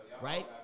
right